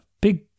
big